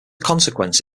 consequence